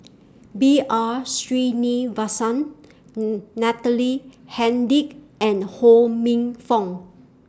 B R Sreenivasan Natalie Hennedige and Ho Minfong